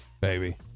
baby